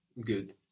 Good